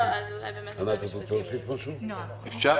אם אפשר,